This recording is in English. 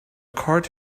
card